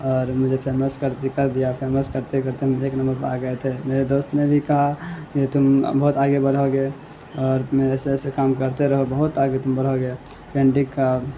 اور مجھے فیمس کر کر دیا فیمس کرتے کرتے مجھے ایک نمبر پہ آ گئے تھے میرے دوست نے بھی کہا جو ہے تم بہت آگے بڑھوگے اور میرے سے ایسے کام کرتے رہو بہت آگے تم بڑھوگے پینٹنگ کا